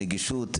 עם הנגישות,